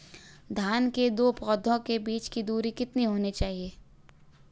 धान के दो पौधों के बीच की दूरी कितनी होनी चाहिए?